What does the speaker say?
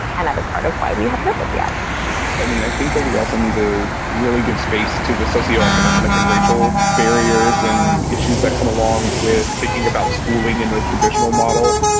and that is part of why we have nobody yet i mean, i think that we also need to really give space to the socio economic and racial barriers and issues that come along with thinking about schooling in the traditional model.